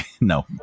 No